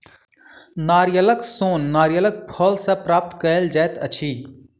नारियलक सोन नारियलक फल सॅ प्राप्त कयल जाइत अछि